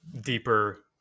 deeper